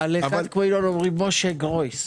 אבל --- על אחד כמו ינון אומרים מוישה גרויס.